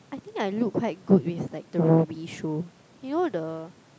I think I look quite good with like the Rubi shoe you know the